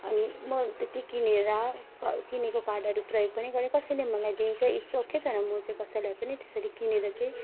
अनि म त्यति किनेर किनेको कार्डहरू प्रयोग पनि गर्दिनँ कसैले मलाई दिन्छ इट्स ओके तर म तर म चाहिँ कसैलाई पनि त्यसरी किनेर चाहिँ